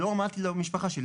אני לא אמרתי למשפחה שלי,